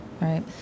Right